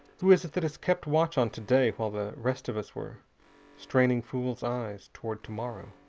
who is it that has kept watch on today while the rest of us were straining fools' eyes toward tomorrow?